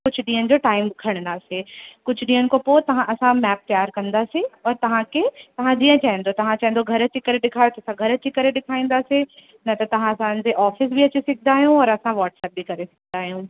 कुछ ॾींहनि जो टाइम खणंदासीं कुझु ॾींहनि खां पोइ तां असां मैप तयार कंदासीं और तव्हांखे तव्हां जीअं चवंदव तव्हां चवंदव घर अची करे ॾेखार त असां घर अची करे ॾेखारींदासीं न त तव्हां असांजे ऑफ़िस बि अची सघंदा आयो और असां वाट्सअप बि करे सघंदा आहियूं